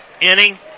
inning